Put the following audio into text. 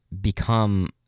become